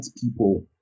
people